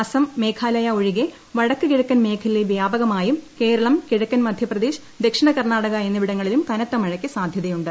അസം മേഖാലയ ഒഴികെ വടക്ക് കിഴക്കൻ മേഖലയിൽ വ്യാപകമായും കേരളം കിഴക്കൻ മധ്യപ്രദേശ് ദക്ഷിണ കർണാടക എന്നിവിടങ്ങളിലും കനത്ത മഴക്ക് സാധ്യതയുണ്ട്